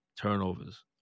turnovers